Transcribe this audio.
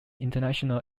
international